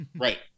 Right